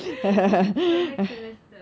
so next semester